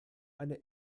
eine